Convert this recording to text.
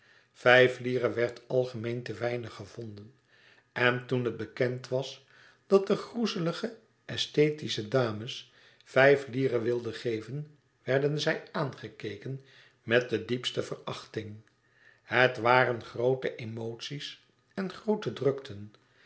vijf lire werd algemeen te weinig gevonden en toen het bekend was dat de groezelige esthetische dames vijf lire wilden geven werden zij aangekeken met de diepste verachting het waren groote emoties en groote drukten